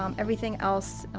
um everything else,